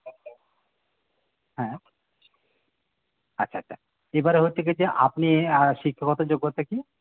হ্যাঁ আচ্ছা আচ্ছা এবারে হচ্ছে গে যে আপনি শিক্ষাগত যোগ্যতা কী